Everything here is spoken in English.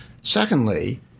Secondly